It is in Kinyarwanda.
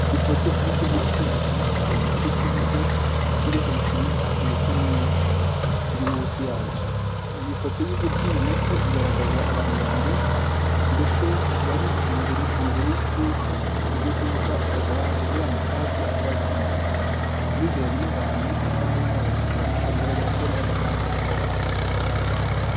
Ifoto igizwe n'ibice bibiri, aho igice cy'iburyo kiriho ikimera ndetse n'inka iri munsi yacyo. Ifoto y'ibumoso, igaragaza abantu babiri ndetse bari imbere y'iduka. Iryo duka hakaba hejuru handitseho ati aho bakirira amata. Mo imbere harimo basa nk'aho barimo barabasukira mata, bigaragara ko bari baje gufata amata aho hantu.